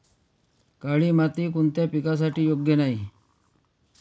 काळी माती कोणत्या पिकासाठी योग्य नाही?